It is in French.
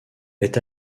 est